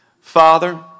Father